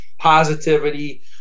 positivity